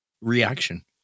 reaction